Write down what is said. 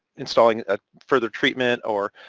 installing ah further treatment or.